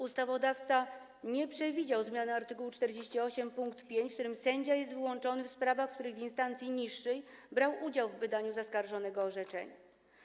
Ustawodawca nie przewidział zmiany art. 48 pkt 5, zgodnie z którym sędzia jest wyłączony w sprawach, w których w instancji niższej brał udział w wydaniu zaskarżonego orzeczenia.